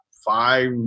five